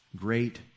Great